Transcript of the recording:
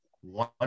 One